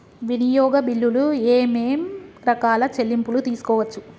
వినియోగ బిల్లులు ఏమేం రకాల చెల్లింపులు తీసుకోవచ్చు?